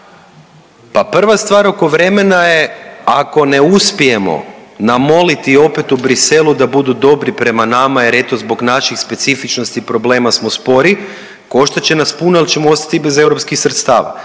Pa prva stvar oko vremena je, ako ne uspijemo namoliti opet u Bruxellesu da budu dobri prema nama jer eto zbog naših specifičnosti problema smo spori, koštat će nas puno jer ćemo ostati bez europskih sredstava.